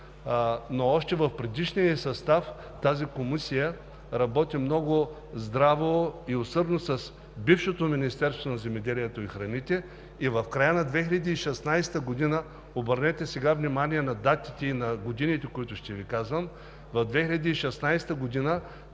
Още в предишния ѝ състав тази комисия работи много здраво и усърдно с бившето Министерство на земеделието и храните и в края на 2016 г. – сега обърнете внимание на датите и на годините, които ще Ви кажа – през 2016 г.